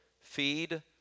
feed